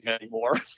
anymore